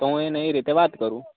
તોહ હું એને એ રીતે વાત કરું